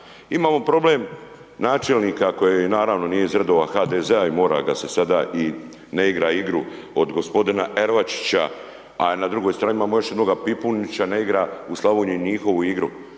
imamo problem načelnika koji naravno nije iz redova HDZ-a i mora ga se sada i ne igra igru od gospodina Ervačića a na drugoj strani imamo još jednoga Pipunića, ne igra u Slavoniji njihovu igru.